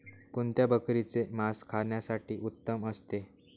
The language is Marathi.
कोणत्या बकरीचे मास खाण्यासाठी उत्तम असते?